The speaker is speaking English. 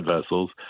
vessels